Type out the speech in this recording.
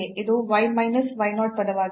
ಇದು y minus y 0 ಪದವಾಗಿದೆ